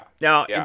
Now